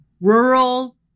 rural